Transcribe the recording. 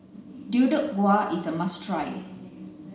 deodeok gui is a must try